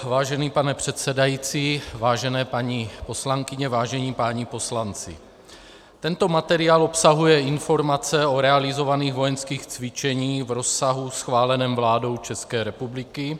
Vážený pane předsedající, vážené paní poslankyně, vážení páni poslanci, tento materiál obsahuje informace o realizovaných vojenských cvičeních v rozsahu schváleném vládou České republiky.